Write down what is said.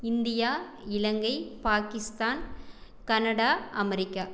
India Sri Lanka Pakistan Canada America